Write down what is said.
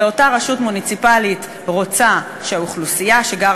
ואותה רשות מוניציפלית רוצה שהאוכלוסייה שתגור